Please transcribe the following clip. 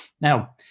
Now